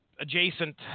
adjacent